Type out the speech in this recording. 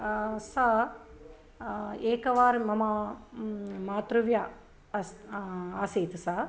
सा एकवारं मम म् मातृव्या अस्ति आसीत् सा